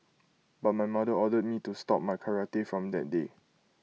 but my mother ordered me to stop my karate from that day